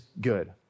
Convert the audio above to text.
good